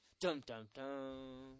dum-dum-dum